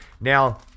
Now